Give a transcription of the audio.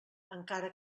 encara